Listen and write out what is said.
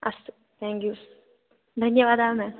अस्तु ताङ्क्यु धन्यवादः म्या